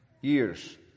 years